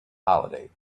holiday